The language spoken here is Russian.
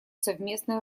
совместной